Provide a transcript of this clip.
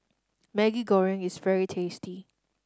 Maggi Goreng is very tasty